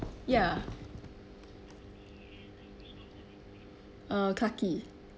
ya uh clarke quay